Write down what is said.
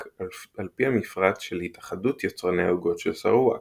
על פי המפרט של התאחדות יצרני העוגות של סרואואק.